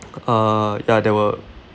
uh ya there were